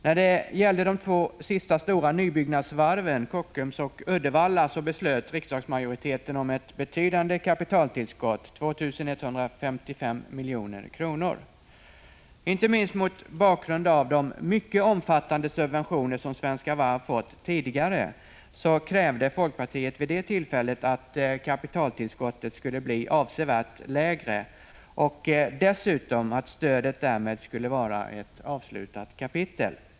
När det gällde de två sista stora nybyggnadsvarven, Kockums och Uddevalla, beslöt riksdagsmajoriteten om ett betydande kapitaltillskott, 2155 milj.kr. Inte minst mot bakgrund av de mycket omfattande subventioner som Svenska Varv fått tidigare krävde folkpartiet vid detta tillfälle att kapitaltillskottet skulle bli avsevärt lägre och att stödet därmed skulle vara ett avslutat kapitel.